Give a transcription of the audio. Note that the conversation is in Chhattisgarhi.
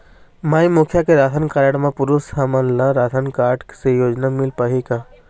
माई मुखिया के राशन कारड म पुरुष हमन ला राशन कारड से योजना मिल पाही का?